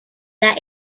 there